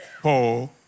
Paul